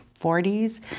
40s